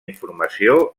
informació